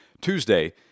Tuesday